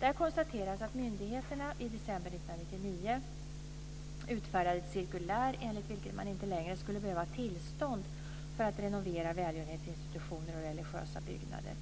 Där konstateras att myndigheterna i december 1999 utfärdade ett cirkulär enligt vilket man inte längre skulle behöva tillstånd för att renovera välgörenhetsinstitutioner och religiösa byggnader.